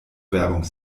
werbung